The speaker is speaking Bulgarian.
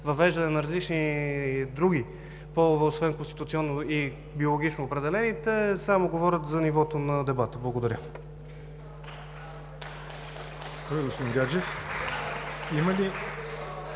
въвеждане на различни други полове, освен конституционно и биологично определените, само говорят за нивото на дебата. Благодаря.